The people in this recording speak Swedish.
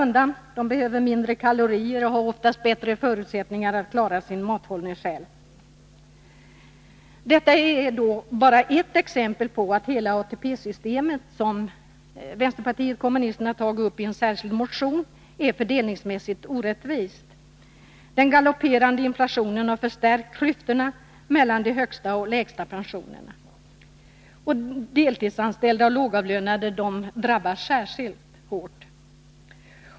Hon behöver inte så mycket kalorier och har ofta bättre förutsättningar att klara sin mathållning själv. Detta är endast ett exempel på att hela ATP-systemet, som vpk har tagit upp i en särskild motion, är fördelningsmässigt orättvist. Den galopperande inflationen har ökat klyftorna mellan de högsta och de lägsta pensionerna. Deltidsanställda och lågavlönade drabbas särskilt hårt.